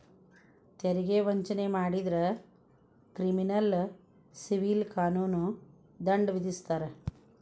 ತೆರಿಗೆ ವಂಚನೆ ಮಾಡಿದ್ರ ಕ್ರಿಮಿನಲ್ ಸಿವಿಲ್ ಕಾನೂನು ದಂಡ ವಿಧಿಸ್ತಾರ